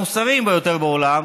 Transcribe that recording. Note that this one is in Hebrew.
המוסריים ביותר בעולם,